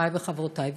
חברי וחברותי,